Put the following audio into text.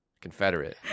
Confederate